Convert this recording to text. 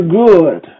good